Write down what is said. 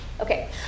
Okay